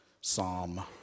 Psalm